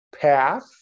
path